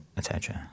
attacher